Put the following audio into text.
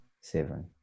seven